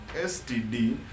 STD